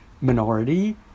minority